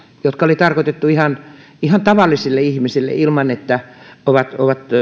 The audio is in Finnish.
jotka oli tarkoitettu ihan ihan tavallisille ihmisille ilman että ovat